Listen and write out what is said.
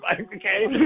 Okay